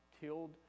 tilled